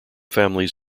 families